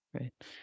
right